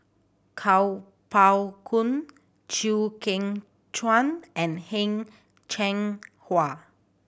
Kuo Pao Kun Chew Kheng Chuan and Heng Cheng Hwa